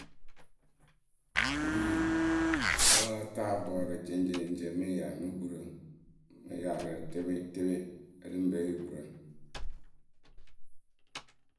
urii láa taa bɔɔrǝ jeŋceŋ mɨ ŋ yaa no gurǝ mɨ yaa rǝ tɩpɩtɩpɩ ǝ lɨ ŋ pe yee gurǝ.